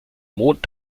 mond